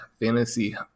fantasy